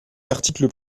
l’article